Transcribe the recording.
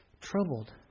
troubled